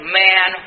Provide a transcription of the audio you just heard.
man